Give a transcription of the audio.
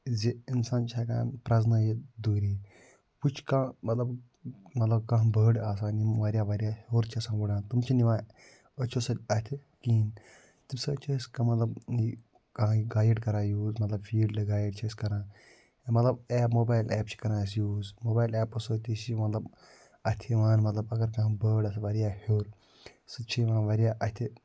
زِ اِنسان چھِ ہٮ۪کان پرٛٮ۪زنٲیِتھ دوٗری وۄنۍ چھ کانٛہہ مَطلَب مطلب کانٛہہ بٲڈ آسان یِم واریاہ واریاہ ہیوٚر چھِ آسان وٕڑان تِم چھِنہٕ یِوان أچھو سۭتۍ اَتھِ کِہیٖنۍ تَمہِ سۭتۍ چھِ أسۍ کانٛہہ مَطلَب یہِ آی گایڈ کران یوٗز مَطلَب فیٖلڈ گایڈ چھِ أسۍ کران یا مَطلَب موبایل ایپ چھِ أسۍ کران یوٗز موبایل ایپو سۭتی چھِ یہِ مَطلَب اَتھِ یِوان مَطلَب اگر کانٛہہ بٲڈ آسہِ واریاہ ہیوٚر سُہ تہِ چھِ یِوان واریاہ اَتھِ